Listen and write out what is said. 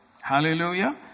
Hallelujah